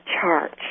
charge